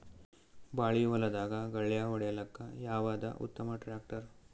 ಬಾಳಿ ಹೊಲದಾಗ ಗಳ್ಯಾ ಹೊಡಿಲಾಕ್ಕ ಯಾವದ ಉತ್ತಮ ಟ್ಯಾಕ್ಟರ್?